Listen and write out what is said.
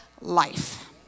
life